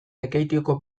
lekeitioko